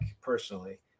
personally